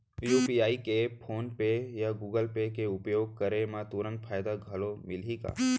UPI के PhonePe या Google Pay के उपयोग करे म तुरंत फायदा घलो मिलही का?